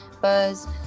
buzz